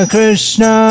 Krishna